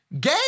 gay